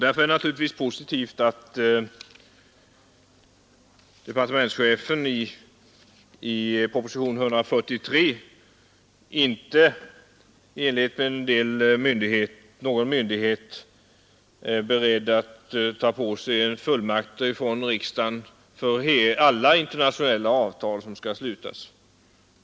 Därför är det positivt att departementschefen i propositionen 143 inte är beredd att ta på sig fullmakter från riksdagen för alla internationella avtal som skall slutas.